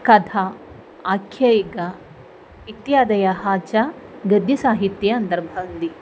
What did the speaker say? कथा आख्यायिका इत्यादयः च गद्यसाहित्ये अन्तर्भवन्ति